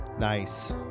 Nice